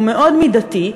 הוא מאוד לא מידתי,